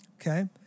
Okay